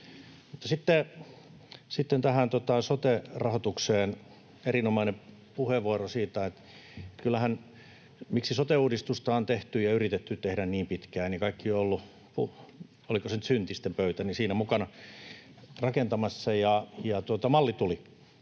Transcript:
sitten tähän sote-rahoitukseen. Oli erinomainen puheenvuoro siitä, miksi sote-uudistusta on tehty ja yritetty tehdä niin pitkään, ja kaikki ovat olleet — oliko se nyt syntisten pöytä — siinä mukana rakentamassa, ja malli tuli.